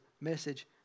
message